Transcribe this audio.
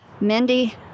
Mindy